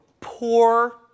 poor